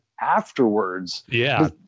afterwards—yeah